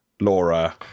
laura